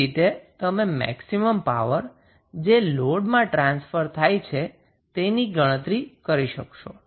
કેવી રીતે તમે મેક્સિમમ પાવર જે લોડમાં ટ્રાન્સફર થાય છે તેની ગણતરી કરશો